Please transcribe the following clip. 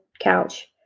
couch